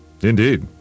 Indeed